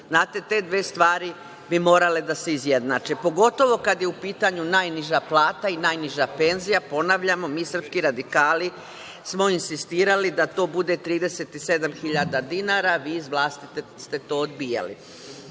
te dve stvari bi morale da se izjednače, pogotovo kada je u pitanju najniža plata i najniža penzija. Ponavljamo, mi srpski radikali smo insistirali da to bude 37.000 dinara, vi iz vlasti ste to odbijali. Tražili